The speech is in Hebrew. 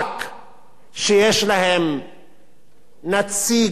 שיש להם נציג בממשלה,